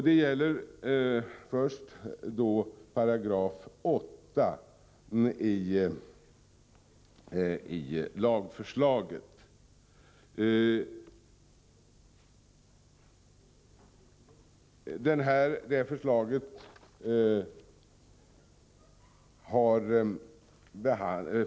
Det gäller då först 8 § i lagförslaget.